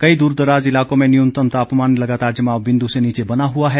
कई दूरदराज़ इलाकों में न्यूनतम तापमान लगातार जमाव बिंदु से नीचे बना हुआ है